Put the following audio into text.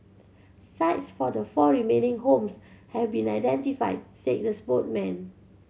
sites for the four remaining homes have been identified said the spokesperson